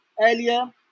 earlier